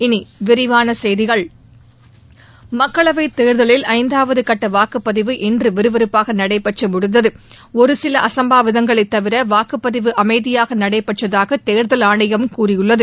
இனி விரிவான செய்திகள் மக்களவைத் தேர்தலில் ஐந்தாவது கட்ட வாக்குப்பதிவு இன்று விறுவிறுப்பாக நடைபெற்று முடிந்தது ஒருசில அசம்பாவிதங்களைத் தவிர வாக்குப்பதிவு அமைதியாக நடைபெற்றதாக தேர்தல் ஆணையம் கூறியுள்ளது